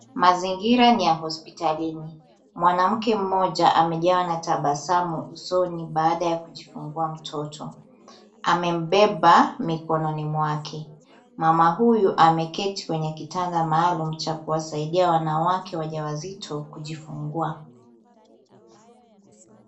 Mazingira ni ya hospitalini. Mwanamke mmoja amejawa na tabasamu usoni baada ya kujifungua mtoto. Amembeba mikononi mwake. Mama huyu ameketi kwenye kitanda maalum cha kuwasaidia wanawake wajawazito kujifungua.